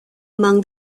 among